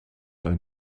ein